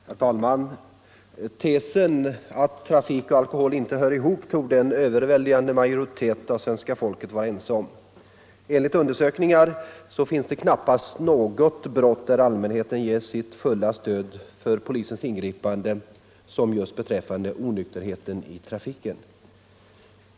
Herr talman! Tesen att trafik och alkohol inte hör ihop torde en överväldigande majoritet av svenska folket vara överens om. Enligt undersökningar finns det knappast något annat brott, där allmänheten så helhjärtat ger sitt stöd åt polisens ingripanden som just då det gäller onykterhet i trafiken.